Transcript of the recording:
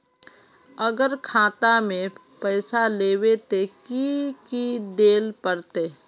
अगर खाता में पैसा लेबे ते की की देल पड़ते?